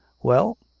well?